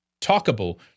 Talkable